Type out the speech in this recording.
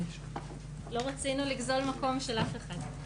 לא רצינו לגזול מקום של אף אחד.